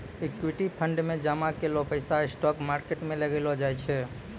equity fund मे जामा कैलो पैसा स्टॉक मार्केट मे लगैलो जाय छै